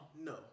No